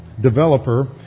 developer